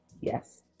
Yes